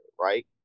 right